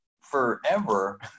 forever